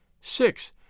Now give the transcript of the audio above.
Six